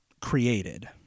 created